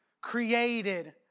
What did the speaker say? created